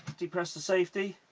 depress the safety